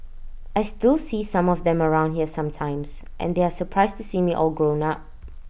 I still see some of them around here sometimes and they are surprised to see me all grown up